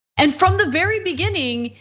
and from the very beginning,